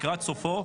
לקראת סופה,